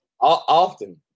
Often